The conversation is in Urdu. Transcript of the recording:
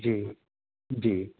جی جی